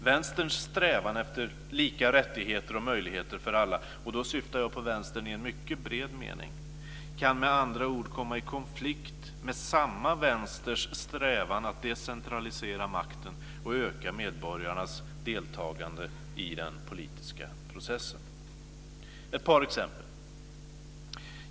Vänsterns strävan efter lika rättigheter och möjligheter för alla - och då syftar jag på vänstern i en mycket bred mening - kan med andra ord komma i konflikt med samma vänsters strävan att decentralisera makten och öka medborgarnas deltagande i den politiska processen. Låt mig ge ett par exempel.